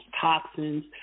toxins